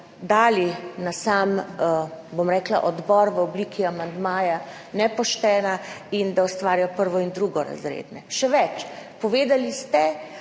dali na sam odbor v obliki amandmaja, nepoštena in da ustvarja prvo- in drugorazredne. Še več, povedali ste,